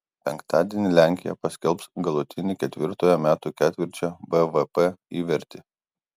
penktadienį lenkija paskelbs galutinį ketvirtojo metų ketvirčio bvp įvertį